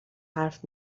حرف